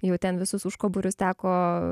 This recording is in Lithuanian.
jau ten visus užkaborius teko